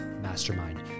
Mastermind